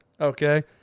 okay